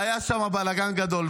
והיה שם בלגן גדול.